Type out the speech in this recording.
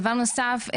דבר נוסף,